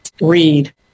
read